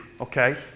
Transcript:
okay